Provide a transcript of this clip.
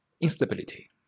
instability